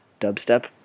dubstep